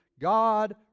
God